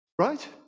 right